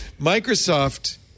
Microsoft